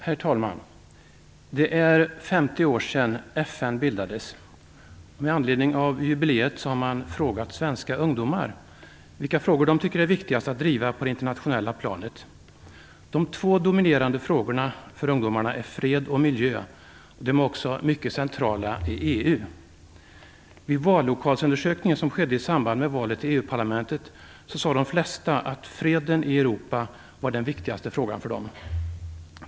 Herr talman! Det är 50 år sedan FN bildades. Med anledning av jubileet har man frågat svenska ungdomar vilka frågor de tycker att det är viktigast att driva på det internationella planet. De två dominerande frågorna för ungdomarna är fred och miljö. De frågorna är också mycket centrala i EU. Vid den vallokalsundersökning som skedde i samband med valet till EU-parlamentet sade de flesta att freden i Europa var den viktigaste frågan för dem.